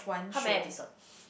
how many episode